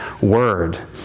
word